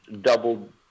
doubled